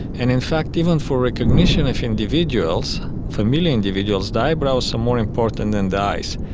and in fact even for recognition of individuals, familiar individuals, the eyebrows are more important than the eyes.